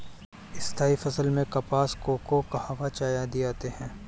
स्थायी फसल में कपास, कोको, कहवा, चाय आदि आते हैं